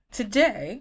today